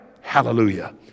Hallelujah